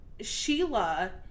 Sheila